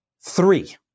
Three